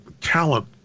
talent